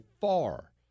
far